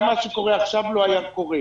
גם מה שקורה עכשיו לא היה קורה.